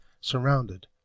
surrounded